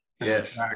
yes